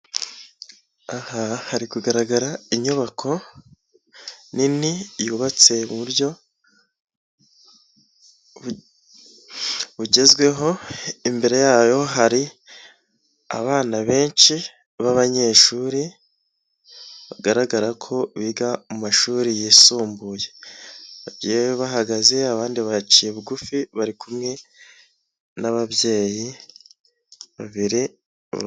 Aha hari kugaragara inyubako, nini yubatse buryo bugezweho, imbere yayo hari abana benshi b'abanyeshuri, bagaragara ko biga mu mashuri yisumbuye, bagiye bahagaze, abandi baciye bugufi bari kumwe n'ababyeyi babiri.